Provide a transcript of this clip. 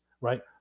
right